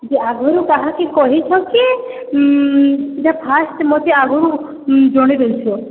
ଯେ ଆଘନୁ କାହାହେ କହିଛ କି ଇଟା ଫାର୍ଷ୍ଟ ମତେ ଆଘନୁ ଜଣେଇ ଦେଉଛ